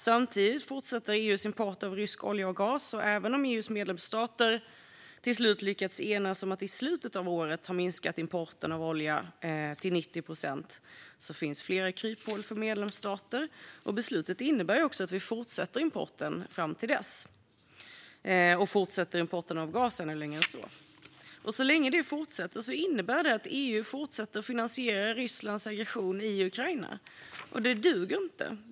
Samtidigt fortsätter EU:s import av rysk olja och gas, och även om EU:s medlemsstater till slut lyckades enas om att importen av olja ska ha minskat med 90 procent vid slutet av året finns det flera kryphål för medlemsstater. Beslutet innebär också att vi fortsätter importen fram till dess - och att importen av gas fortsätter längre än så. Så länge detta fortsätter innebär det att EU finansierar Rysslands aggression i Ukraina. Det duger inte.